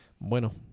Bueno